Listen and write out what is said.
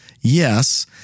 yes